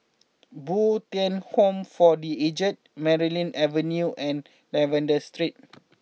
Bo Tien Home for the Aged Merryn Avenue and Lavender Street